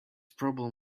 problem